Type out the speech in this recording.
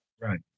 right